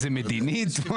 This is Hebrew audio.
מדינית.